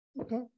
Okay